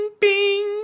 Bing